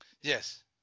Yes